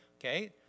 okay